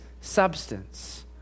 substance